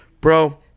Bro